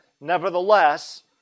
nevertheless